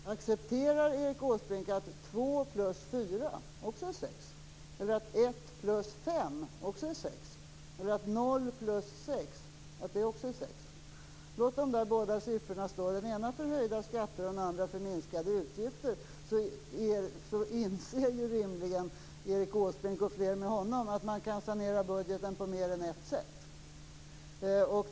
Accepterar Erik Åsbrink att två plus fyra också är sex, att ett plus fem också är sex eller att noll plus sex också är sex? Låt den ena siffran stå för höjda skatter och den andra för minskade utgifter, så inser rimligen Erik Åsbrink och flera med honom att man kan sanera budgeten på mer än ett sätt.